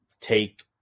take